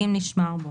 אם נשמר בו.